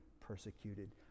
persecuted